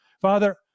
Father